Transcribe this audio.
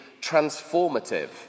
transformative